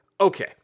Okay